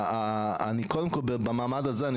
אני קודם כל במעמד הזה,